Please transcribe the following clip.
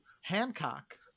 Hancock